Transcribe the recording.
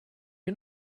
you